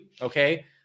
okay